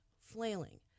flailing